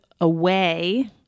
away